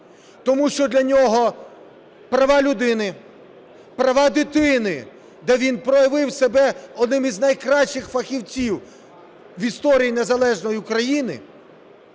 Тому що для нього права людини, права дитини, де він проявив себе одним із найкращих фахівців в історії незалежної України,